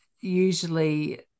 usually